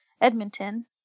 Edmonton